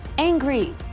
angry